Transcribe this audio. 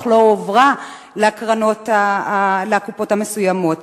אך לא הועברה לקופות המסוימות.